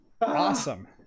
Awesome